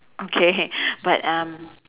okay but um